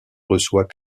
reçoit